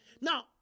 Now